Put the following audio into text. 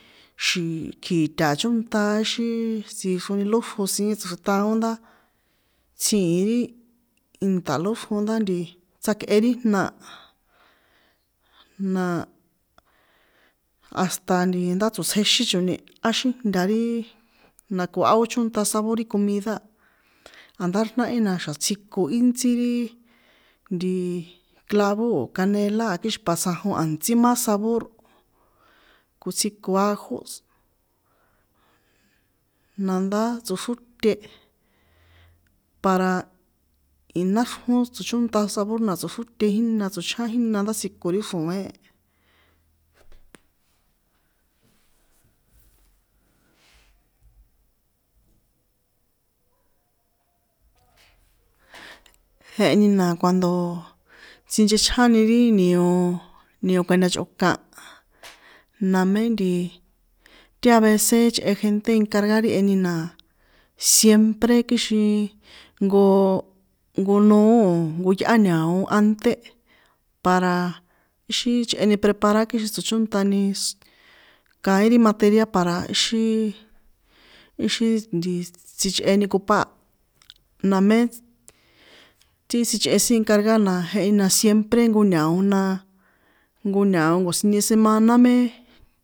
Xi̱ kji̱ta̱ chónṭa, íxin tsixroni lóxrjo siín tsꞌaxrjeṭaón ndá tsji̱in ri ìnṭa lóxrjó ndá tsjakꞌe ri jna a, na hasta nti ndá tsotsjexín choni á xíjnta ri, nako á chónṭa sabor ri comida a̱ndá ri náhi na na̱xa tsjiko íntsí ri nti klavo o̱ canela kixin para tsjanjon a̱ntsí ma sabor ko tsjiko ajos, nandá tsoxróte, para í náxrjón tsochónta sabor na tsoxróte jína tsochján jína ndá tsjiko ri xro̱én. Jeheni na cuando tsinchechjáni ri nio nio kantachꞌokan, namé nti ti avece chꞌe gente encargar ti jeheni na siempre kixin nko nko noó o̱ nko yꞌá ña̱o ante para ixin chꞌeni prepara kixn tsochónṭani suf kaín ti material para íxi, ixi nti sichꞌeni cupa, namé ti sichꞌe sin encargar na jeheni na simpre nko ña̱o na, jnko ña̱o nko̱siñe semana mé.